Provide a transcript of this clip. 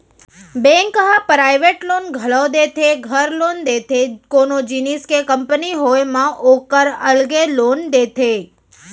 bank ह private loan घलौ देथे, घर लोन देथे, कोनो जिनिस के कंपनी होय म ओकर अलगे लोन देथे